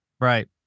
Right